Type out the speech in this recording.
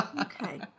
okay